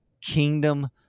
kingdom